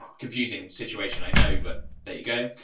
confusing situation, i know, but there you go.